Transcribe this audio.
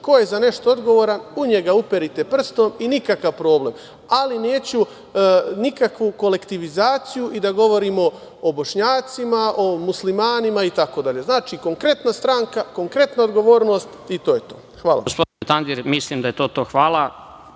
Ko je za nešto odgovoran u njega uperite prstom i nikakav problem. Ali, neću nikakvu kolektivizaciju i da govorimo o Bošnjacima, o Muslimanima itd. Znači, konkretna stranka, konkretna odgovornost i to je to. Hvala.